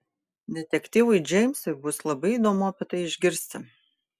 detektyvui džeimsui bus labai įdomu apie tai išgirsti